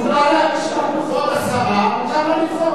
לא אמרתי שאסור לה לצעוק, אמרתי,